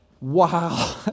Wow